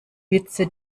witze